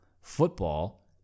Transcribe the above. Football